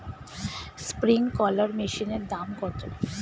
Sprinkler মেশিনের দাম কত?